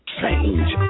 change